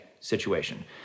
situation